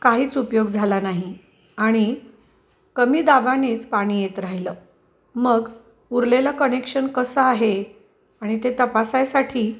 काहीच उपयोग झाला नाही आणि कमी दाबानेच पाणी येत राहिलं मग उरलेलं कनेक्शन कसं आहे आणि ते तपासायसाठी